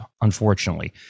unfortunately